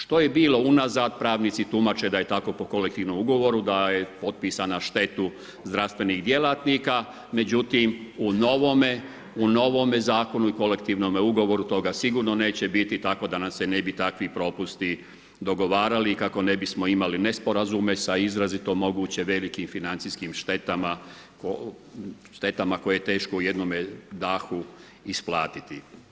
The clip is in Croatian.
Što je bilo unazad, pravnici tumače da je tako po kolektivnom ugovoru, da je otpisa na štetu zdravstvenih djelatnika međutim u novome zakonu i kolektivnom ugovoru, toga sigurno neće biti tako da nam se ne bi takvi propusti dogovarali i kako ne bismo imali nesporazume sa izrazito mogućim velikim financijskim štetama koje je teško u jednome dahu isplatiti.